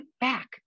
back